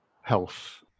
health